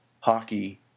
hockey